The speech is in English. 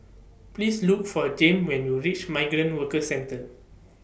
Please Look For Jame when YOU REACH Migrant Workers Centre